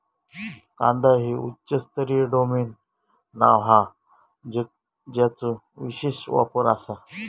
कांदा हे उच्च स्तरीय डोमेन नाव हा ज्याचो विशेष वापर आसा